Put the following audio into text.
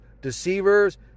deceivers